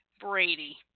Brady